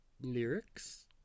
lyrics